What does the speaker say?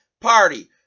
Party